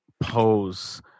pose